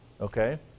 okay